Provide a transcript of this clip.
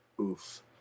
oof